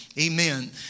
Amen